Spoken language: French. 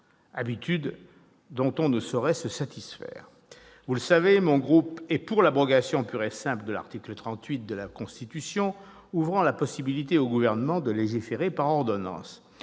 habitude, ce dont on ne saurait se satisfaire. Vous le savez, mon groupe est pour l'abrogation pure et simple de l'article 38 de la Constitution, qui ouvre la possibilité au Gouvernement de légiférer par ordonnances.